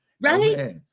right